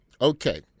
Okay